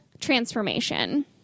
transformation